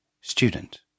Student